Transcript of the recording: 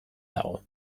dago